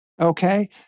okay